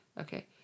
Okay